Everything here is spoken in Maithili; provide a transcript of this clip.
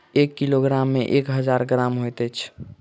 एक किलोग्राम मे एक हजार ग्राम होइत अछि